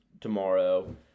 tomorrow